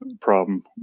problem